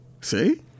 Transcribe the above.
See